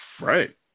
Right